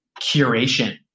curation